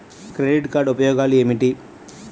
Credit card ఉపయోగాలు ఏమిటి?